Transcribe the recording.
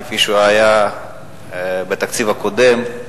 כפי שהיה התקציב הקודם,